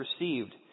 received